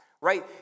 right